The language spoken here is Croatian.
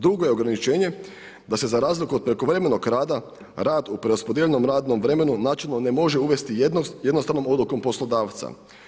Drugo je ograničenje da se za razliku od prekovremenog rada rad u preraspodijeljeno radnom vremenu načelno ne može uvesti jednostavnom odlukom poslodavca.